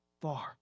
far